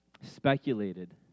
speculated